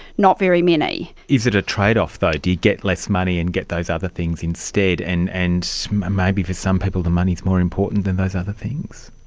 not very many. is it a trade-off though? do you get less money and get those other things instead, and and maybe for some people the money is more important than those other things.